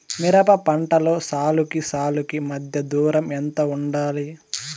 మిరప పంటలో సాలుకి సాలుకీ మధ్య దూరం ఎంత వుండాలి?